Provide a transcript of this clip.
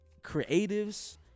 creatives